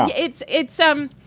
it's it's, um.